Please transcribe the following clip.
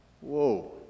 whoa